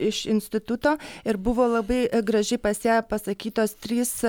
iš instituto ir buvo labai gražiai pas ją pasakytos trys